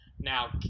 Now